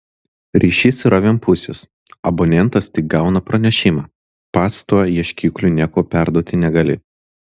ryšys yra vienpusis abonentas tik gauna pranešimą pats tuo ieškikliu nieko perduoti negali